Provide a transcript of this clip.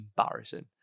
embarrassing